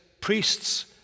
priests